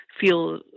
feel